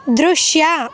ದೃಶ್ಯ